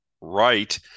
right